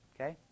Okay